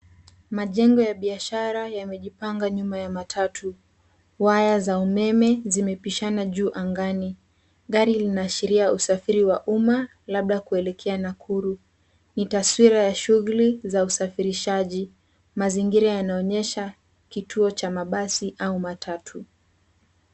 Majengo ya biashara yamejipanga nyuma ya matatu. Waya za umeme zimepishana juu angani. Gari linaashiria usafiri wa umma labda kuelekea Nakuru. Ni taswira ya shughuli za ushafirishaji. Mazingira yanaonyesha kituo cha mabasi au matatu.